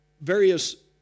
Various